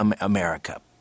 America